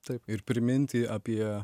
taip ir priminti apie